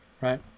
right